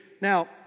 Now